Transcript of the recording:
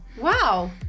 Wow